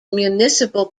municipal